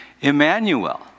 Emmanuel